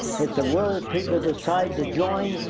if the world's people decide to join,